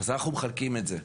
אז אנחנו מחקים את זה.